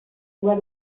where